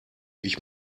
ich